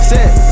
Set